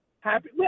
Happy